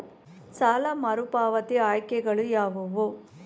ಸಾಲ ಮರುಪಾವತಿ ಆಯ್ಕೆಗಳು ಯಾವುವು?